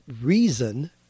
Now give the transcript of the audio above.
reason